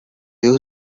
you